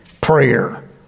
prayer